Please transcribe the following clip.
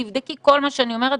תבדקי כל מה שאני אומרת,